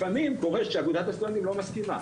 לפעמים קורה שאגודת הסטודנטים לא מסכימה.